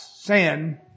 sin